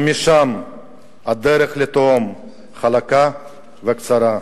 ומשם הדרך לתהום חלקה וקצרה.